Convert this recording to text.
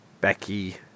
Becky